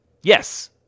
Yes